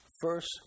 First